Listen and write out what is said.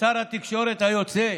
לשר התקשורת היוצא.